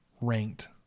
ranked